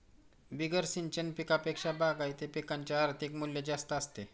बिगर सिंचन पिकांपेक्षा बागायती पिकांचे आर्थिक मूल्य जास्त असते